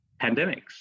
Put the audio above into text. pandemics